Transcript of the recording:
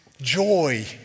joy